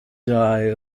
die